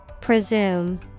Presume